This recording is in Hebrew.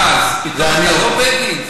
אה, אז פתאום זה לא בגין?